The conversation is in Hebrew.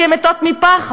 כי הן מתות מפחד,